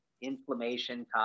inflammation